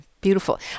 beautiful